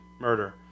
murder